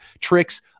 tricks